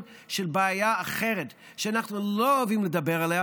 של בעיה אחרת שאנחנו לא אוהבים לדבר עליה,